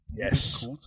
Yes